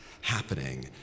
happening